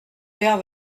vert